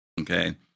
Okay